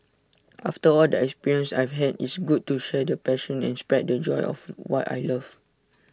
after all the experiences I've had it's good to share the passion and spread the joy of what I love